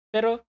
Pero